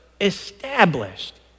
established